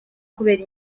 kubera